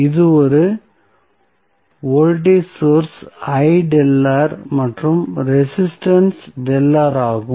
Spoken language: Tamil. இது ஒரு வோல்டேஜ் சோர்ஸ் மற்றும் ரெசிஸ்டன்ஸ் ΔR ஆகும்